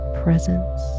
presence